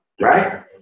Right